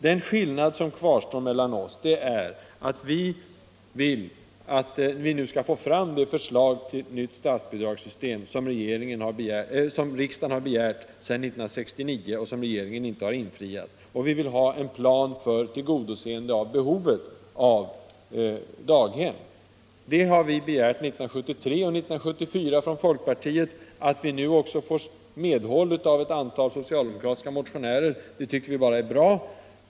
Den skillnad som kvarstår mellan oss är, att vi vill att man nu skall få fram det förslag till nytt statsbidragssystem som riksdagen har begärt sedan 1969 och som regeringen inte har presenterat. Vi vill också ha en plan för tillgodoseende av behovet av daghem. Det har folkpartiet begärt 1973 och 1974. Att vi nu också får medhåll av ett antal socialdemokratiska motionärer tycker vi bara är bra.